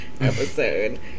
episode